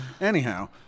anyhow